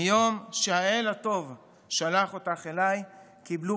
מיום שהאל הטוב שלח אותך אליי קיבלו